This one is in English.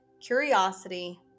curiosity